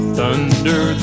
Thunder